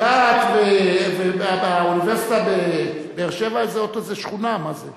רהט והאוניברסיטה בבאר-שבע, זו שכונה, מה זה.